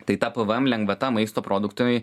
tai ta pvm lengvata maisto produktui